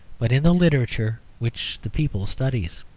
but in the literature which the people studies.